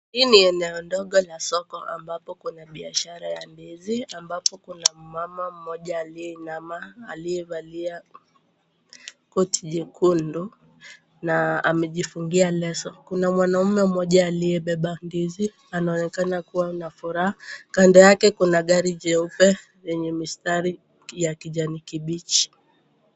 Hii ni eneo dogo la soko ambapo kuna biashara ya ndizi ambapo mama mmoja aliyeinama aliyevalia koti jekundu na amejifungia leso. Kuna mwanaume mmoja aliyebeba ndizi anaoneka kuwa na furaha. Kando yake kuna gari jeupe lenye mistari ya kijani kibichi.